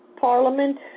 parliament